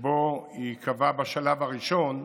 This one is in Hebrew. שבו היא קבעה בשלב הראשון,